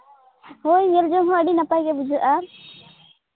ᱦᱳᱭ ᱧᱮᱞ ᱡᱚᱝ ᱦᱚᱸ ᱟᱹᱰᱤ ᱱᱟᱯᱟᱭ ᱜᱮ ᱵᱩᱡᱷᱟᱹᱜᱼᱟ